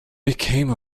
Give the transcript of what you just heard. became